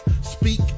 speak